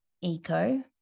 eco